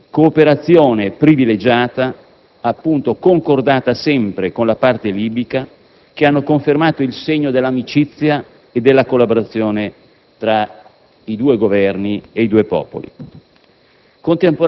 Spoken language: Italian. di cooperazione privilegiata, concordate sempre con la parte libica, che hanno confermato il segno dell'amicizia e della collaborazione tra i due Governi e i due popoli.